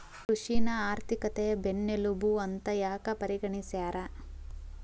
ಕೃಷಿನ ಆರ್ಥಿಕತೆಯ ಬೆನ್ನೆಲುಬು ಅಂತ ಯಾಕ ಪರಿಗಣಿಸ್ಯಾರ?